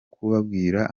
kubabwira